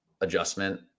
adjustment